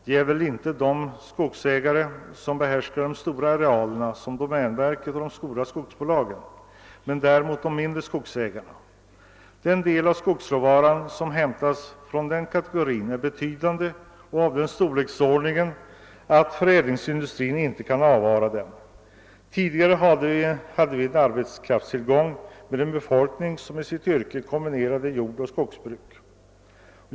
Det gäller väl inte de skogsägare som behärskar de stora arealerna som domänverket och de stora skogsbolagen men däremot de mindre skogsägarna. Den del av skogsråvaran som hämtas från den kategorin är betydande och av den storleksordningen att förädlingsindustrin inte kan avvara den. Tidigare hade vi en arbetskraftstillgång i den befolkning som i sitt yrke kombinerade jordoch skogsbruk.